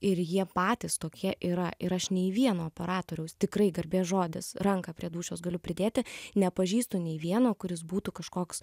ir jie patys tokie yra ir aš nei vieno operatoriaus tikrai garbės žodis ranką prie dūšios galiu pridėti nepažįstu nei vieno kuris būtų kažkoks